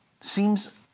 Seems